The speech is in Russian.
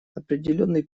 определенный